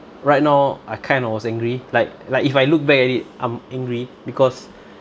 right now I kind of was angry like like if I look back at it I'm angry because